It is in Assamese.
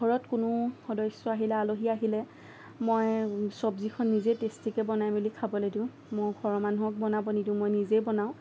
ঘৰত কোনো সদস্য আহিলে আলহী আহিলে মই চব্জিখন নিজে টেষ্টিকে বনাই মেলি খাবলৈ দিওঁ মোৰ ঘৰৰ মানুহক বনাবলৈ নিদিওঁ মই নিজেই বনাওঁ